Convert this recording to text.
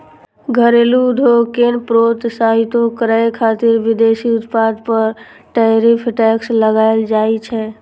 घरेलू उद्योग कें प्रोत्साहितो करै खातिर विदेशी उत्पाद पर टैरिफ टैक्स लगाएल जाइ छै